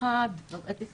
אחד ברכה --- אתי,